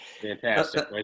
Fantastic